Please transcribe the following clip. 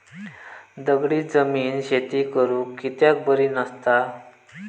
दगडी जमीन शेती करुक कित्याक बरी नसता?